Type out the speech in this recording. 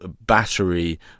battery